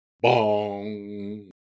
bong